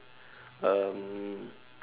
um